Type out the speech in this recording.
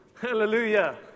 Hallelujah